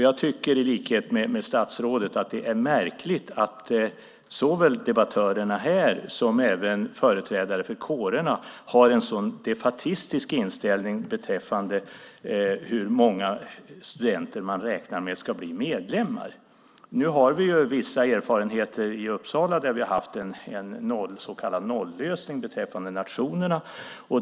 Jag tycker i likhet med statsrådet att det är märkligt att såväl debattörerna här som företrädare för kårerna har en sådan defaitistisk inställning beträffande hur många studenter man räknar med ska bli medlemmar. Nu har vi vissa erfarenheter i Uppsala där vi har haft en så kallad nollösning beträffande nationerna.